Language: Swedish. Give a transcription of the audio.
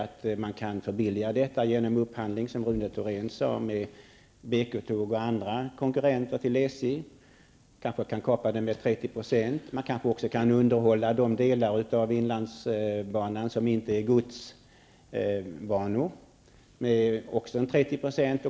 Kanske kan man förbilliga detta genom upphandling, som Rune Thorén sade, tillsammans med BK Tåg och andra konkurrenter till SJ. Kostnaderna kan måhända här kapas med 30 %. Kanske kan man också underhålla de delar av inlandsbanan som inte är godsbanor till 30 % lägre kostnader.